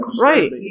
Right